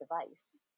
device